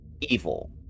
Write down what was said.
evil